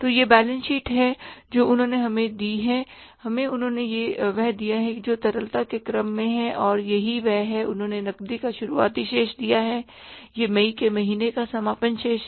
तो यह balance sheet है जो उन्होंने हमें दी है हमें उन्होंने वह दिया है जो कि तरलता के क्रम में है और यही वह है उन्होंने नकदी का शुरुआती शेष दिया है यह मई के महीने का समापन शेष है